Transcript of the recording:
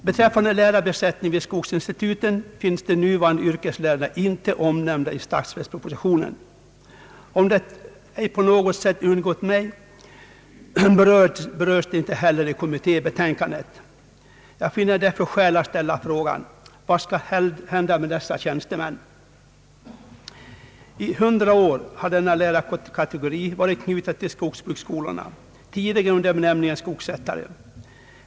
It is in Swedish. Beträffande <lärarbesättningen vid skogsinstituten vill jag nämna att de nuvarande yrkeslärarna inte finns omnämnda i statsverkspropositionen. Om det ej på något sätt undgått mig, berörs de inte heller i kommittébetänkandet. Jag finner därför skäl att ställa frågan: Vad skall hända med dessa tjänstemän? I hundra år har denna lärarkategori varit knuten till skogsskolorna, tidigare under benämningen skogsrättare.